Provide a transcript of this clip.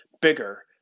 bigger